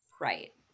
Right